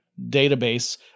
database